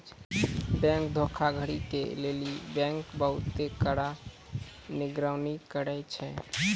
bank धोखाधड़ी के लेली बैंक बहुते कड़ा निगरानी करै छै